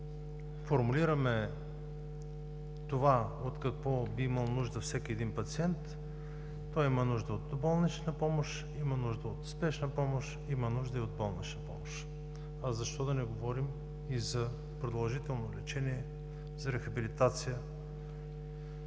ако формулираме това, от какво би имал нужда всеки един пациент – той има нужда от доболнична помощ, има нужда от спешна помощ, има нужда и от болнична помощ, а защо да не говорим и за продължително лечение, за рехабилитация.